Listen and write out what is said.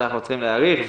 שאנחנו צריכים להאריך,